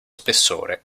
spessore